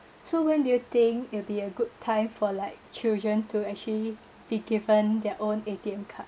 so when do you think it'll be a good time for like children to actually be given their own A_T_M card